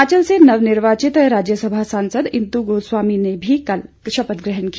हिमाचल से नव निर्वाचित राज्य सभा सांसद इंदु गोस्वामी ने भी कल शपथ ग्रहण की